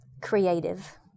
creative